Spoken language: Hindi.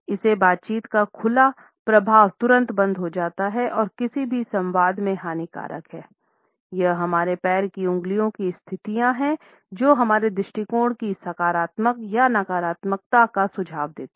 इसे बातचीत का खुला प्रवाह तुरंत बंद हो जाता है और किसी भी संवाद में हानिकारक है यह हमारे पैर की उंगलियों की स्थिति है जो हमारे दृष्टिकोण की सकारात्मकता या नकारात्मकता का सुझाव देती है